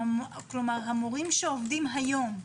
המורים שעובדים היום,